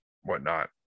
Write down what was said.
whatnot